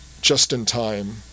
just-in-time